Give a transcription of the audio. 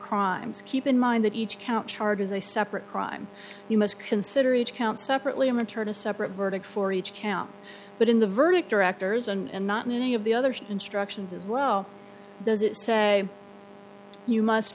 crimes keep in mind that each count charges a separate crime you must consider each count separately amateur to separate verdict for each count but in the verdict directors and not in any of the others instructions as well does it say you must